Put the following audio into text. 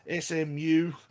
SMU